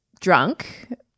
drunk